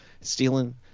stealing